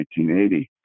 1980